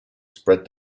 spread